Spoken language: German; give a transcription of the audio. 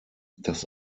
das